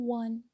one